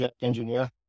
engineer